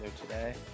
today